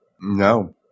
no